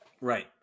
Right